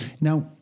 Now